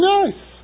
nice